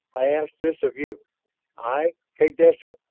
i ask this of you i, kaydessa,